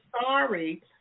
sorry